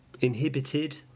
inhibited